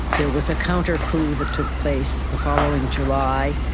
there was a counter-coup that took place the following july,